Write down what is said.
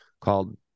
called